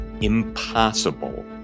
impossible